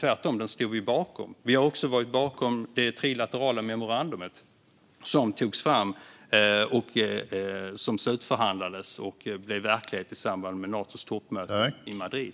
Den står vi tvärtom bakom. Vi har också stått bakom det trilaterala memorandum som togs fram, slutförhandlades och blev verklighet i samband med Natos toppmöte i Madrid.